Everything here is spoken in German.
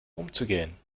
umzugehen